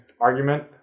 argument